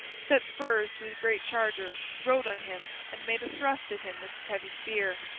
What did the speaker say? set spurs to his great charger, rode on him, and made a thrust at him with his heavy spear.